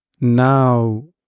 now